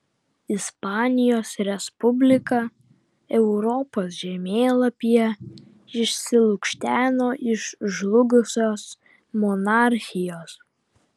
ispanijos respublika europos žemėlapyje išsilukšteno iš žlugusios monarchijos